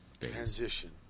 Transition